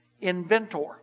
inventor